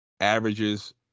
averages